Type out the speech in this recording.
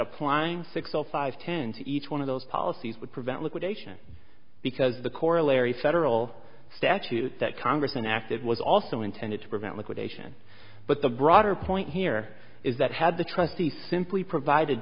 applying six l five ten to each one of those policies would prevent liquidation because the corollary federal statute that congress enacted was also intended to prevent liquidation but the broader point here is that had the trustee simply provided